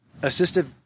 assistive